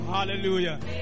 Hallelujah